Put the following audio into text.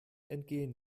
entgehen